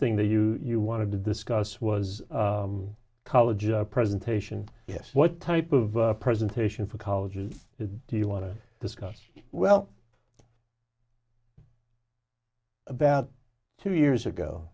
thing that you you wanted to discuss was college a presentation yes what type of presentation for colleges do you want to discuss well about two years